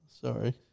sorry